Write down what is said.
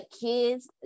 kids